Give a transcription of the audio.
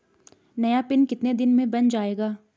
नया पिन कितने दिन में बन जायेगा?